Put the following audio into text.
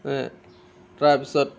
হেঁ তাৰপিছত